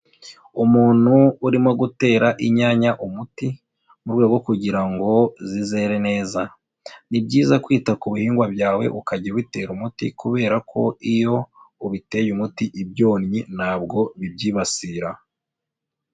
Umuntu urimo gutera inyanya umuti, mu rwego rwo kugira ngo zizere neza, ni byiza kwita ku bihingwa byawe ukajya ubitera umuti kubera ko iyo ubiteye umuti ibyonnyi ntabwo bibyibasira.